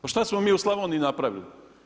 Pa što smo mi u Slavniji napravili?